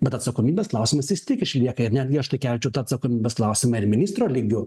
bet atsakomybės klausimas vis tiek išlieka ir netgi aš tą kelčiau atsakomybės klausimą ir ministro lygiu